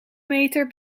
meter